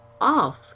off